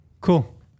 Cool